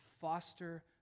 foster